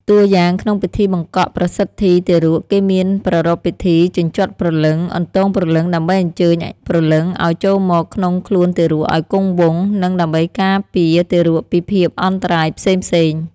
តួយ៉ាង ក្នុងពិធីបង្កក់ប្រសិទ្ធីទារក គេមានប្រារព្ធពិធី ជញ្ជាត់ព្រលឹង អន្ទងព្រលឹងដើម្បីអញ្ជើញព្រលឹងឱ្យចូលមកក្នុងខ្លួនទារកឱ្យគង់វង្ស និងដើម្បីការពារទារកពីភាពអន្តរាយផ្សេងៗ។